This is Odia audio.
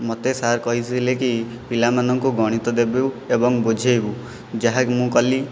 ମତେ ସାର୍ କହିଥିଲେକି ପିଲାମାନଙ୍କୁ ଗଣିତ ଦେବୁ ଏବଂ ବୁଝେଇବୁ ଯାହାକି ମୁଁ କଲି